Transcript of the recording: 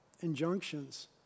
injunctions